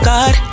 God